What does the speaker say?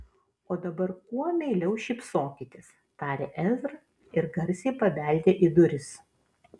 o dabar kuo meiliau šypsokitės tarė ezra ir garsiai pabeldė į duris